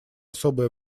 особое